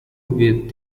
with